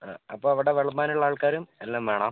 അ അപ്പോൾ അവിടെ വിളമ്പാനുള്ള ആൾക്കാരും എല്ലാം വേണം